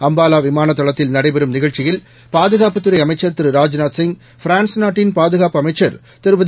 அம்பாலா விமான தளத்தில் நடைபெறும் நிகழ்ச்சியில் பாதகாப்புத்துறை அமைச்சர் திரு ராஜ்நாத்சிங் பிரான்ஸ் நாட்டின் பாதுகாப்பு அமைச்சர் திருமதி